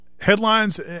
headlines